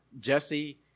jesse